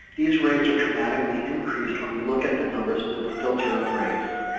these rates are dramatically increased when we look at the numbers with the filter of race.